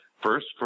First